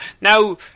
Now